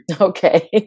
Okay